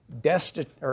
destitute